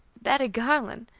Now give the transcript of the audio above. bettie garland!